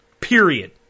Period